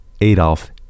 Adolf